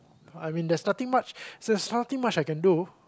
I mean there's nothing much there's nothing much I can do